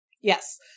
Yes